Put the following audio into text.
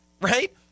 right